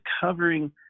covering